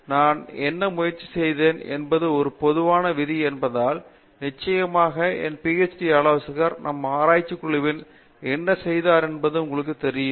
ஆனால் நான் என்ன செய்ய முயற்சித்தேன் என்பது ஒரு பொதுவான விதி என்பதால் நிச்சயமாக என் PhD ஆலோசகர் நம் ஆராய்ச்சி குழுவில் என்ன செய்தார் என்பது உங்களுக்குத் தெரியும்